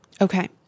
okay